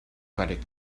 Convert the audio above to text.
credit